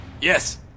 Yes